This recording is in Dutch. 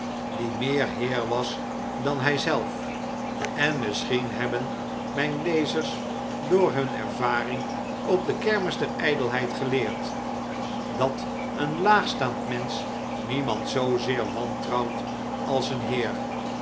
die meer heer was dan hijzelf en misschien hebben mijn lezers door hun ervaring op deze kermis der ijdelheid geleerd dat een laagstaand mensch niemand zoozeer wantrouwt als een heer